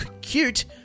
cute